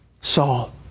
Saul